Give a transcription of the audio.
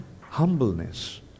humbleness